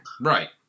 Right